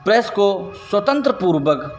press को स्वतंत्र पूर्वक